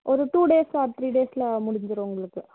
ஒரு two days or three டேஸில் முடிஞ்சுரும் உங்களுக்கு